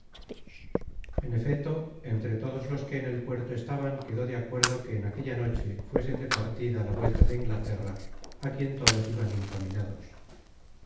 en efeto entre todos los que en el puerto estaban quedó de acuerdo que en aquella noche fuesen de partida la vuelta de inglaterra á quien todos iban encaminados